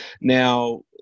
Now